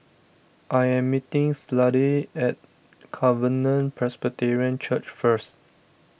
I am meeting Slade at Covenant Presbyterian Church first